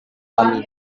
kami